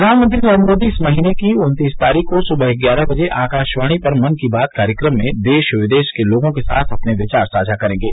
प्रधानमंत्री नरेन्द्र मोदी इस महीने की उन्तीस तारीख को सुबह ग्यारह बजे आकाशवाणी पर मन की बात कार्यक्रम में देश विदेश के लोगों के साथ अपने विचार साझा करेंगे